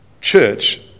church